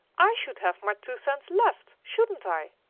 i should have my two cents left shouldn't i?